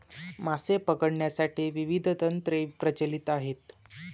मासे पकडण्यासाठी विविध तंत्रे प्रचलित आहेत